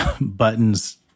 buttons